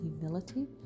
humility